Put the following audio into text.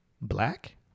black